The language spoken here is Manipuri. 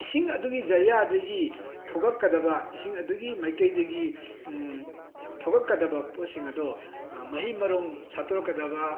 ꯏꯁꯤꯡ ꯑꯗꯨꯒꯤ ꯖꯥꯔꯤꯌꯥꯗꯒꯤ ꯊꯣꯛꯂꯛꯀꯗꯕ ꯏꯁꯤꯡ ꯑꯗꯨꯒꯤ ꯃꯥꯏꯀꯩꯗꯒꯤ ꯊꯣꯛꯂꯛꯀꯗꯕ ꯄꯣꯠꯁꯤꯡ ꯑꯗꯣ ꯃꯍꯩ ꯃꯔꯣꯡ ꯁꯥꯠꯇꯣꯔꯛꯀꯗꯕ